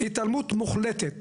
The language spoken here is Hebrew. התעלמות מוחלטת.